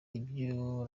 ibyo